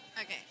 Okay